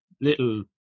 little